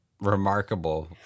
remarkable